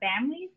families